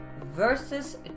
versus